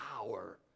power